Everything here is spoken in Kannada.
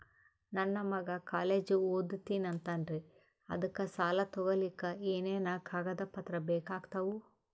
ನನ್ನ ಮಗ ಕಾಲೇಜ್ ಓದತಿನಿಂತಾನ್ರಿ ಅದಕ ಸಾಲಾ ತೊಗೊಲಿಕ ಎನೆನ ಕಾಗದ ಪತ್ರ ಬೇಕಾಗ್ತಾವು?